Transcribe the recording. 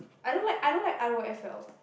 I don't like I don't like R_O_F_L